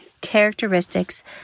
characteristics